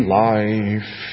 life